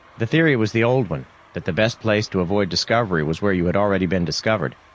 the theory was the old one that the best place to avoid discovery was where you had already been discovered.